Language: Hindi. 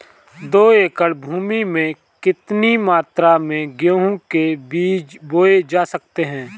दो एकड़ भूमि में कितनी मात्रा में गेहूँ के बीज बोये जा सकते हैं?